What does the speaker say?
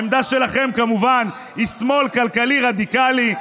העמדה שלכם, כמובן, היא שמאל כלכלי רדיקלי.